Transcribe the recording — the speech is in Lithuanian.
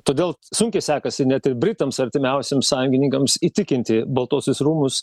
todėl sunkiai sekasi net ir britams artimiausiems sąjungininkams įtikinti baltuosius rūmus